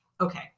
okay